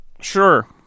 Sure